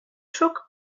truck